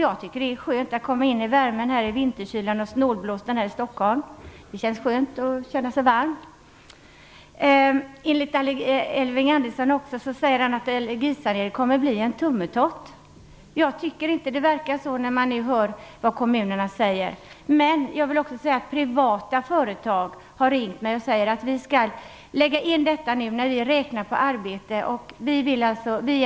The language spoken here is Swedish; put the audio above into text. Jag tycker att det känns skönt att komma in från vinterkylan och snålblåsten här i Stockholm och bli varm. Elving Andersson säger att allergisaneringen kommer att bli en tummetott. Det verkar inte så, när man hör vad kommunerna säger. Jag kan berätta att massor av privata företag har ringt till mig och sagt att de skall lägga in detta när de räknar på arbeten.